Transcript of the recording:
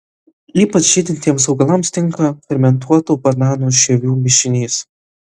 ypač žydintiems augalams tinka fermentuotų bananų žievių mišinys